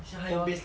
现在还有 ah